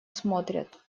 смотрят